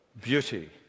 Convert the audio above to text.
beauty